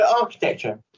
architecture